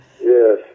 yes